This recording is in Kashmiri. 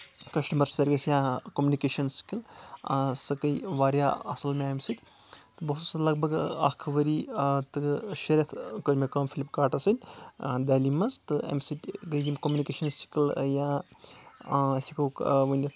کَسٹمَر سٔروِس یا کومنِکیشَن سِکِل سۄ گٔے واریاہ اَصٕل مےٚ اَمہِ سۭتۍ تہٕ بہٕ اوسُس لگ بگ اَکھ ؤری تہٕ شےٚ رؠتھ کٔر مےٚ کٲم فلِپکاٹَس سۭتۍ دہلی منٛز تہٕ اَمہِ سۭتۍ گٔے یِم کوٚمنِکیشَن سِکِل یا أسۍ ہؠکو ؤنِتھ